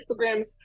Instagram